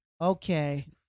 Okay